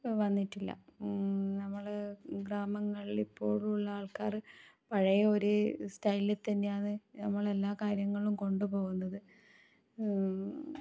വന്നിട്ടില്ല നമ്മൾ ഗ്രാമങ്ങളിലിപോളുള്ള ആൾക്കാർ പഴയ ഒരു സ്റ്റൈലിൽ തന്നെയാന്ന് ഞമ്മളെല്ലാ കാര്യങ്ങളും കൊണ്ട് പോകുന്നത്